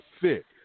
fit